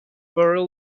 burrell